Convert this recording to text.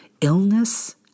illness